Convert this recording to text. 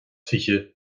fiche